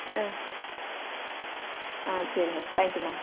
ஆ ஆ சரி ma'am thank you ma'am